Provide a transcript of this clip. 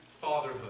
fatherhood